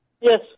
Yes